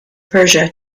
persia